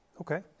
Okay